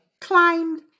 climbed